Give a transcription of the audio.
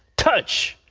touch!